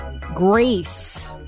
GRACE